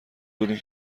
بودیم